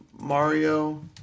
mario